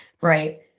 Right